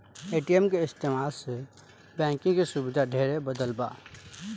ATM के इस्तमाल से बैंकिंग के सुविधा ढेरे बढ़ल बा